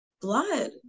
blood